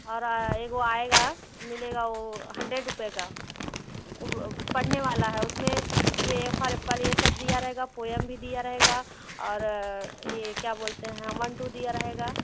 और एक वह आएगा मिलगा वह हन्डरेड रुपये का वह पढ़ने वाला है वो उसमें ए फॉर एप्पल यह भी है दिया रहेगा पोअम भी दिया रहेगा और यह क्या बोलते हैं वन टू दिया रहेगा